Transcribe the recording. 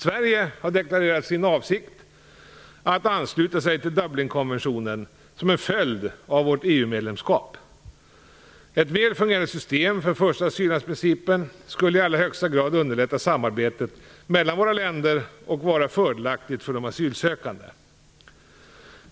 Sverige har deklarerat sin avsikt att ansluta sig till Dublinkonventionen, som en följd av vårt EU-medlemskap. Ett väl fungerande system för första asyllandsprincipen skulle i allra högsta grad underlätta samarbetet mellan våra länder och vara fördelaktigt för de asylsökande.